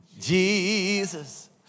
Jesus